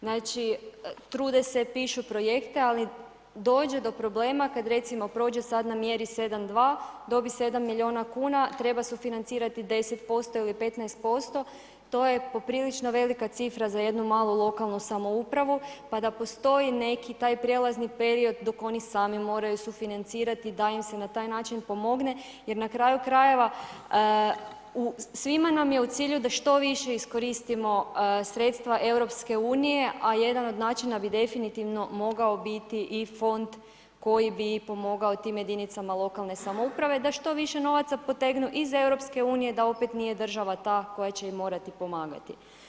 Znači, trude se, pišu projekte, ali dođe do problema kad recimo prođe sad ... jedan, dva, dobi 7 miliona kuna, treba sufinancirati 10% ili 15%, to je poprilično velika cifra za jednu malu lokalnu samoupravu, pa da postoji neki taj prijelazni period dok oni sami moraju sufinancirati, da im se na taj način pomogne jer na kraju krajeva, svima nam je u cilju da što više iskoristimo sredstva EU, a jedan od načina bi definitivno mogao biti i fond koji bi pomogao tim jedinicama lokalne samouprave da što više novaca potegnu iz EU, da opet nije država ta koja će im morati pomagati.